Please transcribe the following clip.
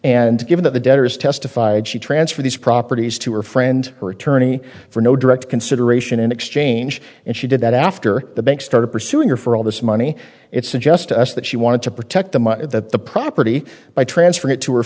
and given that the debtors testified she transferred these properties to her friend her attorney for no direct consideration in exchange and she did that after the bank started pursuing her for all this money it suggests to us that she wanted to protect the money that the property by transfer it to her